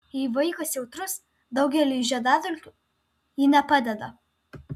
jei vaikas jautrus daugeliui žiedadulkių ji nepadeda